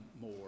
more